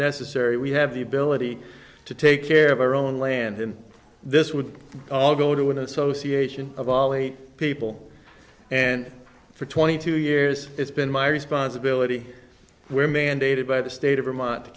necessary we have the ability to take care of our own land and this would all go to an association of ali people and for twenty two years it's been my responsibility where mandated by the state of vermont to